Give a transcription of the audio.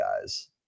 guys